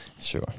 Sure